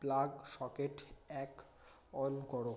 plug socket এক on করো